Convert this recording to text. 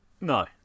No